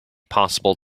possible